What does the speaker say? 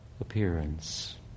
appearance